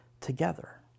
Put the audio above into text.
together